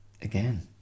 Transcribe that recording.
again